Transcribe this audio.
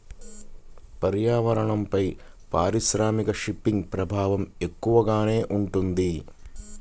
పర్యావరణంపైన పారిశ్రామిక ఫిషింగ్ ప్రభావం ఎక్కువగానే ఉంటుంది